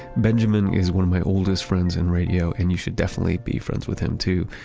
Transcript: benjamen is one of my oldest friends in radio and you should definitely be friends with him too.